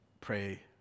pray